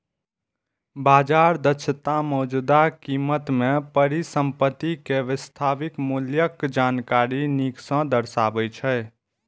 बाजार दक्षता मौजूदा कीमत मे परिसंपत्ति के वास्तविक मूल्यक जानकारी नीक सं दर्शाबै छै